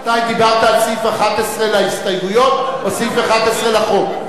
דיברת על סעיף 11 להסתייגויות או סעיף 11 לחוק?